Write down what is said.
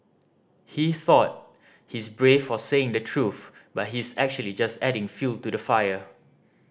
he thought he's brave for saying the truth but he's actually just adding fuel to the fire